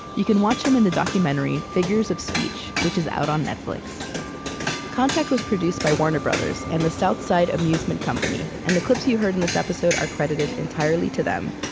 you can watch him in the documentary figures of speech, which is out on netflix contact was produced by warner brothers and the south side amusement company, and the clips you heard in this episode are credited entirely to them.